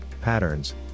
patterns